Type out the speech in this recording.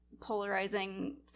polarizing